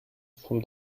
from